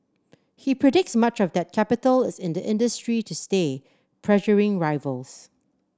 he predicts much of that capital is in the industry to stay pressuring rivals